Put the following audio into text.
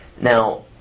Now